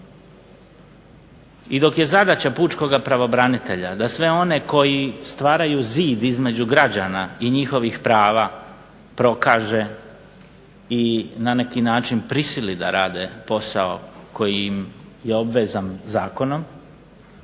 I dok je zadaća pučkog pravobranitelja da sve one koji stvaraju zid između građana i njihovih prava prokaže i na neki način prisili da rade posao koji im je obvezan zakonom